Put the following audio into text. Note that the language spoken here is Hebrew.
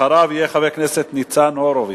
אחריו יהיה חבר הכנסת ניצן הורוביץ.